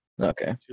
Okay